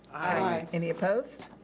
aye. any opposed?